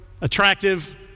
attractive